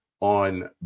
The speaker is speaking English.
on